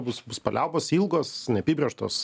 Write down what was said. bus bus paliaubos ilgos neapibrėžtos